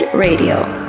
Radio